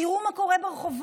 תראו מה קורה ברחובות,